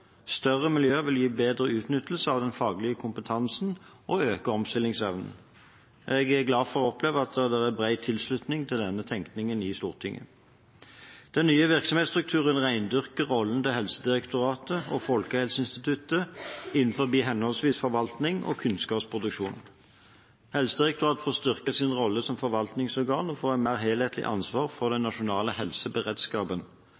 Større miljøer vil gi bedre utnyttelse av den faglige kompetansen og øke omstillingsevnen. Jeg er glad for å oppleve at det er bred tilslutning til denne tenkningen i Stortinget. Den nye virksomhetsstrukturen rendyrker rollene til Helsedirektoratet og Folkehelseinstituttet innenfor henholdsvis forvaltning og kunnskapsproduksjon. Helsedirektoratet får styrket sin rolle som forvaltningsorgan og får et mer helhetlig ansvar for den nasjonale helseberedskapen.